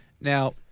now